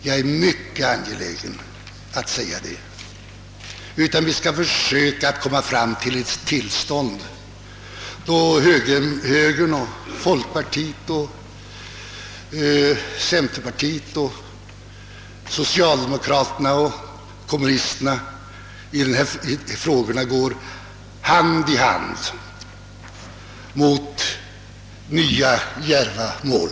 Jag är mycket angelägen om att konstatera det, Vi skall försöka komma fram till ett tillstånd då högerpartiet, folkpartiet, centerpartiet, socialdemokratiska partiet och det kommunistiska partiet i dessa frågor går hand i hand mot »nya djärva mål».